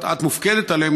שאת מופקדת עליהן,